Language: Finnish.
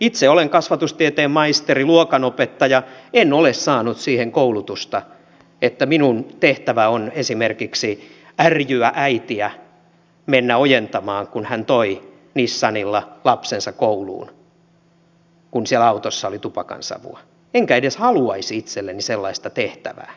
itse olen kasvatustieteen maisteri luokanopettaja en ole saanut siihen koulutusta että minun tehtäväni on esimerkiksi ärjyä äitiä mennä ojentamaan kun hän toi nissanilla lapsensa kouluun kun siellä autossa oli tupakansavua enkä edes haluaisi itselleni sellaista tehtävää